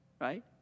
right